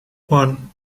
one